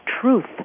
truth